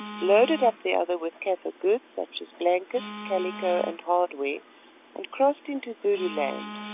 loaded up the other with kaffir goods such as blankets, calico, and hardware and crossed into zululand,